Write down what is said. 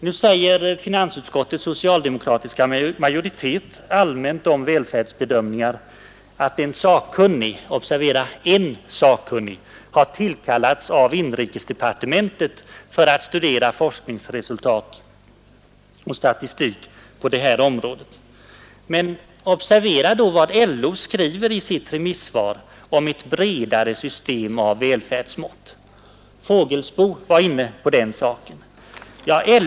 Nu säger finansutskottets socialdemokratiska majoritet allmänt om välfärdsbedömningar, att en sakkunnig — observera en sakkunnig — har tillkallats av inrikesdepartementet för att studera forskningsresultat och statistik på detta område. Men observera då vad LO skriver i sitt remissvar om ett bredare system av välfärdsmått — herr Fågelsbo var inne på den saken.